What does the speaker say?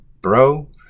bro